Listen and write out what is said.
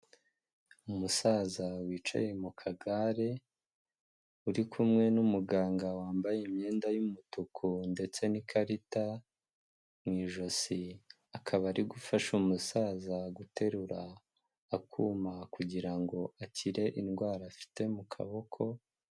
Umusaza wicaye mu kagare uri kumwe n'umuganga wambaye imyenda y'umutuku ndetse n'ikarita mu ijosi, akaba ari gufasha umusaza guterura akuma kugira ngo akire indwara afite mu kaboko.